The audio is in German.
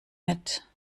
mit